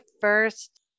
first